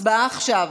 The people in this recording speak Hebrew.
הצבעה עכשיו.